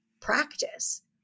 practice